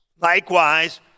Likewise